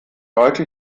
heute